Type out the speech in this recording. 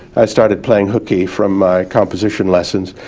i started playing hooky from my composition lessons,